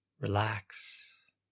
relax